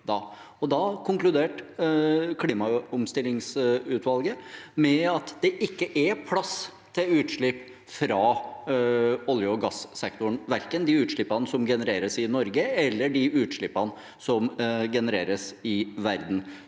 Da konkluderte klimaomstillingsutvalget med at det ikke er plass til utslipp fra olje- og gassektoren, verken de utslippene som genereres i Norge, eller de utslippene som genereres i verden.